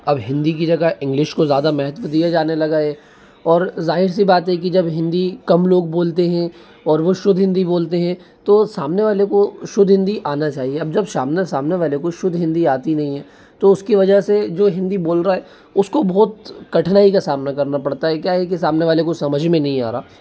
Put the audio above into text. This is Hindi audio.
अब हिंदी की जगह इंग्लिश को ज़्यादा महत्व दिया जाने लगा है और ज़ाहिर सी बात है कि जब हिंदी कम लोग बोलते हैं और वह शुद्ध हिंदी बोलते हैं तो सामने वाले को शुद्ध हिंदी आना चाहिए अब जब सामने वाले को शुद्ध हिंदी आती नहीं है तो उसकी वजह से जो हिंदी बोल रहा है उसको बहुत कठिनाई का सामना करना पड़ता है क्या है कि सामने वाले को समझ ही में नहीं आ रहा